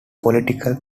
political